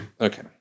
Okay